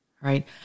right